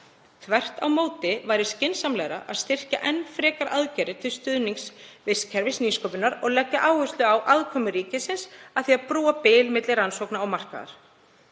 Þvert á móti væri skynsamlegra að styrkja enn frekar aðgerðir til að styðja vistkerfi nýsköpunar og leggja áherslu á aðkomu ríkisins að því að brúa bil milli rannsókna og markaðar.